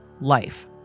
life